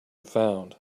found